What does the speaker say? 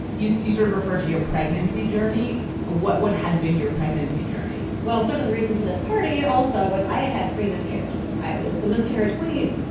you see sort of refer to your pregnancy journey or what had been your pregnancy journey well sort of the reason for this party also was i had had three miscarriages. i was the miscarriage queen.